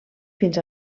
fins